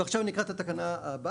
ועכשיו אני אקרא את התקנה הבאה,